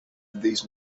these